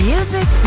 Music